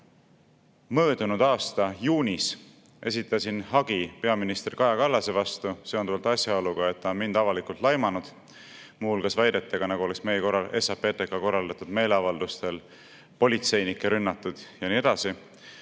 Möödunud aasta juunis esitasin hagi peaminister Kaja Kallase vastu seonduvalt asjaoluga, et ta on mind avalikult laimanud, muu hulgas väidetega, nagu oleks meie, SAPTK-i korraldatud meeleavaldustel politseinikke rünnatud ja nii edasi.